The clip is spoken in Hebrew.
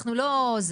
אנחנו לא זה.